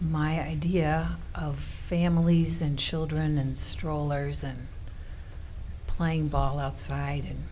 my idea of families and children and strollers and playing ball outside